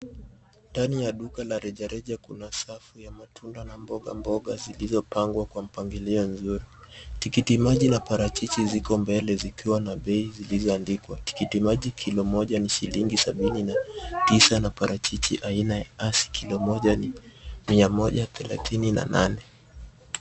Ndani ya duka la rejareja kuna safu ya matunda na mboga mboga zilizopangwa kwa mpangilio nzuri. Tikiti maji na parachichi ziko mbele zikiwa na bei zilizoandikwa. Tikiti maji kilo moja ni shillingi 79, na parachichi aina ya Hass kilomoja ni 138.